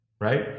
Right